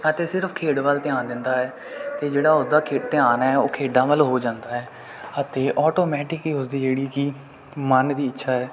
ਅਤੇ ਸਿਰਫ਼ ਖੇਡ ਵੱਲ ਧਿਆਨ ਦਿੰਦਾ ਹੈ ਅਤੇ ਜਿਹੜਾ ਉਸਦਾ ਧਿਆਨ ਹੈ ਅਤੇ ਆਟੋਮੈਟਿਕ ਹੀ ਉਸਦੀ ਜਿਹੜੀ ਕਿ ਮਨ ਦੀ ਇੱਛਾ ਹੈ